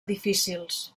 difícils